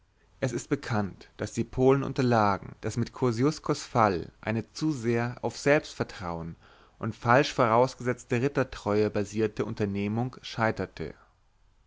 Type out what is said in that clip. es ist bekannt daß die polen unterlagen daß mit kosziuskos fall eine zu sehr auf selbstvertrauen und falsch vorausgesetzte rittertreue basierte unternehmung scheiterte